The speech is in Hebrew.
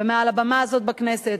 ומעל הבמה הזאת בכנסת,